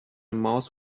mouth